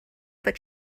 but